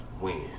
Win